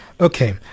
okay